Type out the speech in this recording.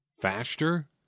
faster